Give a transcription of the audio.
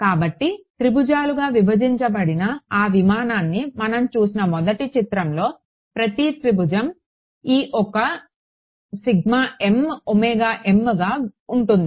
కాబట్టి త్రిభుజాలుగా విభజించబడిన ఆ విమానాన్ని మనం చూసిన మొదటి చిత్రంలో ప్రతి త్రిభుజం ఈ ఒక mwmగా ఉంటుంది